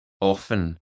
often